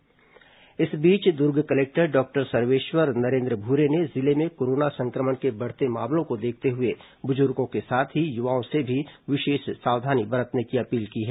corona collector appeal इस बीच Durg collector doctor Sarveshwar Narendra Bhure ने जिले में कोरोना संक्रमण के बढ़ते मामलों को देखते हुए बुजुर्गों के साथ ही युवाओं से भी विशेष सावधानी बरतने की अपील की है